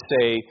say